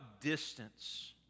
distance